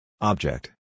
Object